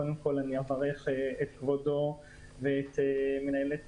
קודם כל אני אברך את כבודו ואת מנהלת